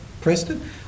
Preston